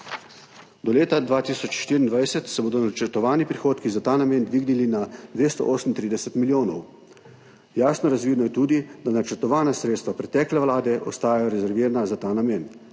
Do leta 2024 se bodo načrtovani prihodki za ta namen dvignili na 238 milijonov. Jasno razvidno je tudi, da načrtovana sredstva pretekle vlade ostajajo rezervirana za ta namen,